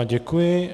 Děkuji.